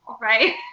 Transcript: Right